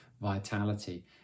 vitality